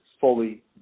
fully